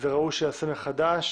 זה ראוי שיעשה מחדש.